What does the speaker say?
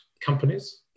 companies